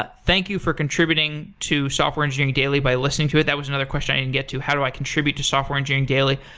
but thank you for contributing to software engineering daily by listening to it. that was another question i didn't get to how do i contribute to software engineering daily?